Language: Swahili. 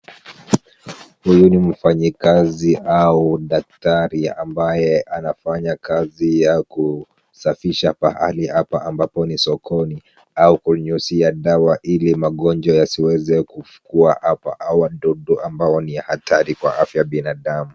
Huyu ni mfanyikazi au daktari ambaye anafanya kazi ya kusafisha pahali hapa ambapo ni sokoni au kunyunyizia dawa ili magonjwa yasiweze kukuwa hapa au wadudu ambao ni hatari kwa afya ya binadamu.